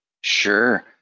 Sure